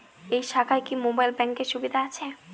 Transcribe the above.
এই শাখায় কি মোবাইল ব্যাঙ্কের সুবিধা আছে?